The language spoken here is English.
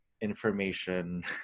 information